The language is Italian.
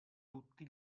tutti